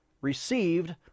received